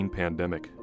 pandemic